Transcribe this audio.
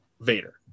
Vader